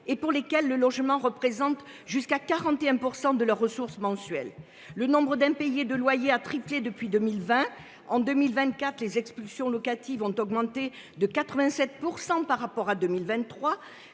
le coût du logement représente jusqu’à 41 % des ressources mensuelles. Le nombre d’impayés de loyers a triplé depuis 2020. En 2024, les expulsions locatives ont augmenté de 87 % par rapport à 2023.